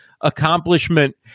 accomplishment